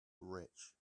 rich